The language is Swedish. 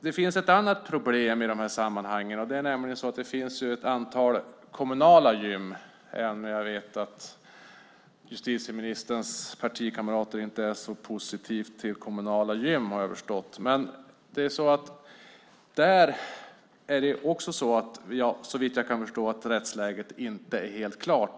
Det finns ett annat problem i de här sammanhangen. Det finns ju ett antal kommunala gym, även om jag vet att justitieministerns partikamrater inte är så positiva till det. Där är rättsläget inte helt klart.